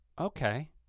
okay